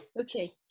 Okay